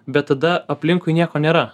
bet tada aplinkui nieko nėra